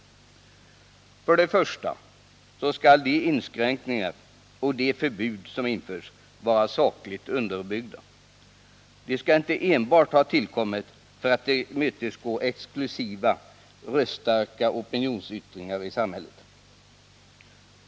Onsdagen den För det första skall de inskränkningar och de förbud som införs vara sakligt 21 maj 1980 underbyggda. De skall inte enbart ha tillkommit för att tillmötesgå exklusiva röststarka opinionsyttringar i samhället.